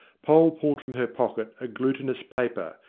poll pulled from her pocket a glutinous paper,